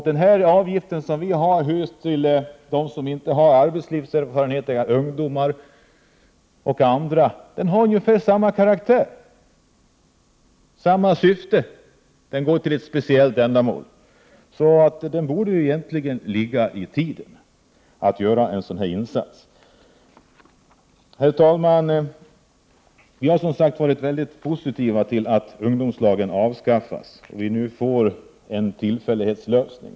Den avgift som vi vill använda just till dem som inte har arbetslivserfarenhet, dvs. bl.a. ungdomar, har ungefär samma karaktär och samma syfte: Den går till ett speciellt ändamål. Det borde därför egentligen ligga i tiden att göra en sådan insats. Herr talman! Vi har som sagt ställt oss mycket positiva till att ungdomslagen avskaffas och till att vi nu får en tillfällighetslösning.